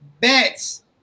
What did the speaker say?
Bets